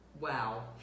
wow